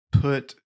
put